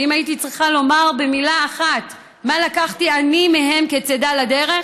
ואם הייתי צריכה לומר במילה אחת מה לקחתי אני מהם כצידה לדרך,